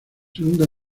segunda